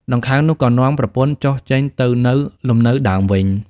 ដង្ខៅនោះ ក៏នាំប្រពន្ធចុះ ចេញទៅនៅលំនៅដើមវិញ ។